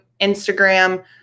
Instagram